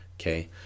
Okay